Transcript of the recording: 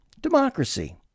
democracy